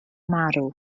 marw